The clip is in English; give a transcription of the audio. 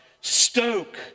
stoke